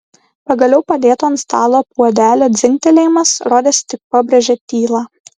pagaliau padėto ant stalo puodelio dzingtelėjimas rodėsi tik pabrėžė tylą